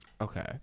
Okay